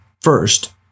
First